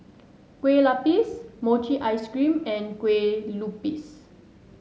Kueh Lapis Mochi Ice Cream and Kueh Lupis